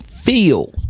Feel